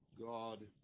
God